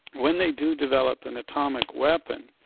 when they do develop an atomic weapon,